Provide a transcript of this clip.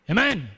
Amen